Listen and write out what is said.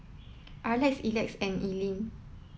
Arley Elex and Alene